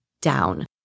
down